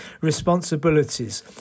responsibilities